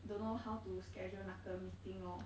don't know how to schedule 那个 meeting lor